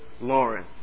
Lauren